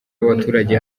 y’abaturage